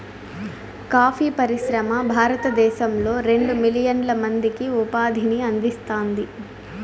coffee పరిశ్రమ భారతదేశంలో రెండు మిలియన్ల మందికి ఉపాధిని అందిస్తాంది